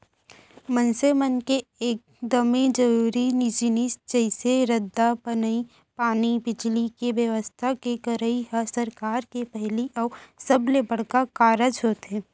मनसे मन के एकदमे जरूरी जिनिस जइसे रद्दा बनई, पानी, बिजली, के बेवस्था के करई ह सरकार के पहिली अउ सबले बड़का कारज होथे